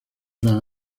las